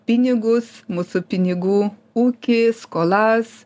pinigus mūsų pinigų ūkį skolas